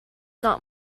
not